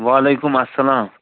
وعلیکُم اسلام